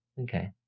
Okay